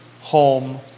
home